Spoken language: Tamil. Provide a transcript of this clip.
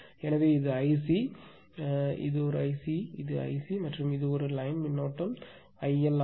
எனவே இது ஐசி ஐசி ஐசி மற்றும் இது வரி மின்னோட்டம் ஐஎல் IL